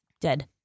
dead